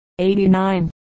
89